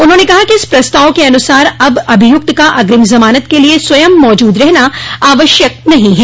उन्होंने कहा कि इस प्रस्ताव के अनुसार अब अभियुक्त का अग्रिम जमानत के लिए स्वयं मौजूद रहना आवश्यक नहीं है